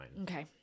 Okay